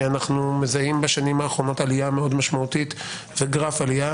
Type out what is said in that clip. אנחנו מזהים בשנים האחרונות עלייה מאוד משמעותית וגרף עלייה.